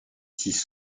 six